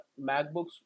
macbooks